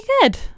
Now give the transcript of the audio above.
good